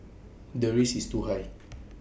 the risk is too high